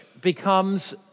becomes